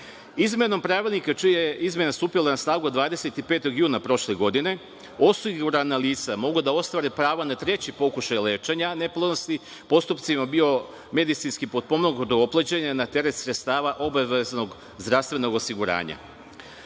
Izmenom pravilnika čija je izmena stupila na snagu 25. juna prošle godine, osigurana lica mogu da ostvare pravo na treći pokušaj lečenja neplodnosti postupcima biomedicinski potpomognuto oplođenja na teret sredstava obaveznog zdravstvenog osiguranja. Tokom